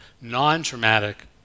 non-traumatic